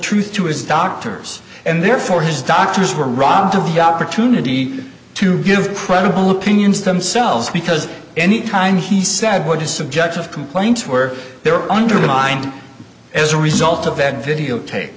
truth to his doctors and therefore his doctors were robbed of the opportunity to give credible opinions themselves because any kind he said would be subjective complaints were there undermined as a result of that videotape